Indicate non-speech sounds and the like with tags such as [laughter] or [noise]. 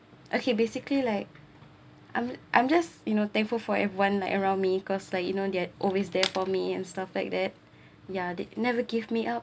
okay basically like I'm I'm just you know thankful for everyone like around me cause like you know they're always there for me and stuff like that [breath] ya they never give me up